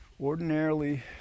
ordinarily